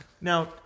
Now